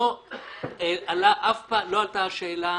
לא עלתה השאלה,